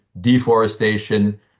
deforestation